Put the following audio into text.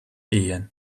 ehen